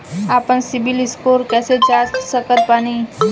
आपन सीबील स्कोर कैसे जांच सकत बानी?